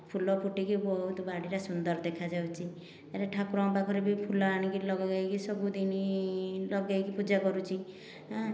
ଫୁଲ ଫୁଟିକି ବହୁତ ବାଡ଼ିଟା ସୁନ୍ଦର ଦେଖାଯାଉଛି ରେ ଠାକୁରଙ୍କ ପାଖରେ ବି ଫୁଲ ଆଣିକି ଲଗାଇକି ସବୁଦିନ ଲଗାଇକି ପୂଜା କରୁଛି